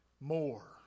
more